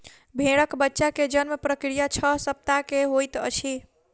भेड़क बच्चा के जन्म प्रक्रिया छह सप्ताह के होइत अछि